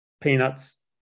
peanuts